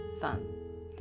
fun